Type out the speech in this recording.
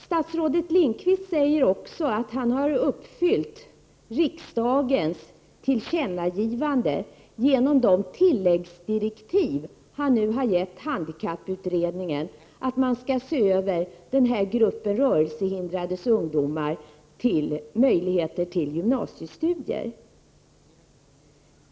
Statsrådet Lindqvist säger också att han har tillgodosett riksdagens tillkännagivande genom de tilläggsdirektiv han nu har gett handikapputredningen att se över denna grupp rörelsehindrade ungdomars möjligheter till gymnasiestudier.